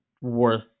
worth